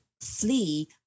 flee